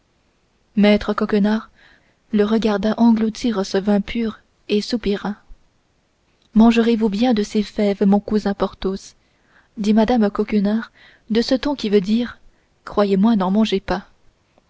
maître coquenard le regarda engloutir ce vin pur et soupira mangerez vous bien de ces fèves mon cousin porthos dit mme coquenard de ce ton qui veut dire croyez-moi n'en mangez pas